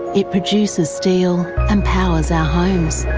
it produces steel and powers our homes,